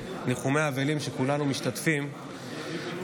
ניחומי האבלים שכולנו משתתפים בהם,